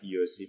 USC